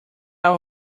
out